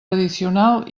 addicional